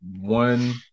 one